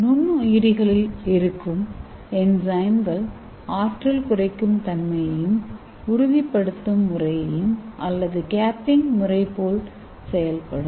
நுண்ணுயிரிகளில் இருக்கும் என்சைம்கள் ஆற்றல் குறைக்கும் தன்மையையும் உறுதிப்படு த்தும் முறையையும் அல்லது கேப்பிங் முறை போல் செயல்படும்